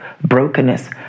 brokenness